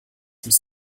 muss